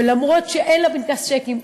ולמרות שאין לה פנקס צ'קים,